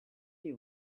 you